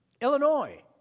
Illinois